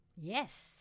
Yes